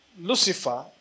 Lucifer